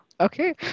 Okay